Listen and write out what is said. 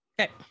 Okay